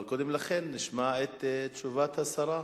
אבל קודם לכן נשמע את תשובת השרה,